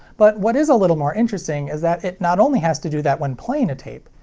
but what is a little more interesting is that it not only has to do that when playing a tape,